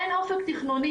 אין אופק תכנוני,